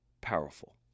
powerful